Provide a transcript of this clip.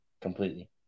completely